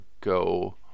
go